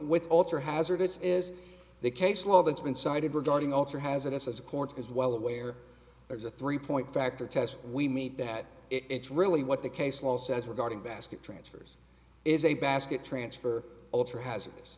with ultra hazardous is the case law that's been cited regarding alter hazardous as court is well aware of the three point factor test we meet that it's really what the case law says regarding basket transfers is a basket transfer ultra hazardous